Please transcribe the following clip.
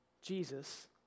Jesus